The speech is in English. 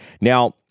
Now